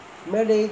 மேடு:maedu